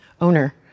owner